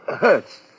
hurts